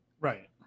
Right